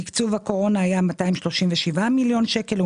תקצוב הקורונה היה 237 מיליון שקל,